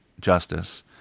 justice